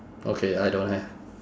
okay I don't have